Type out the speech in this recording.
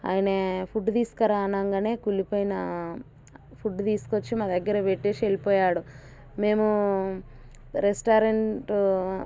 ఆయన ఫుడ్ తీసుకురా అనంగానే కుళ్ళిపోయిన ఫుడ్ తీసుకొచ్చి మా దగ్గర పెట్టేసి వెళ్ళిపోయాడు మేము రెస్టారెంట్